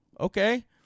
Okay